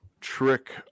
Trick